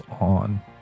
on